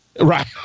Right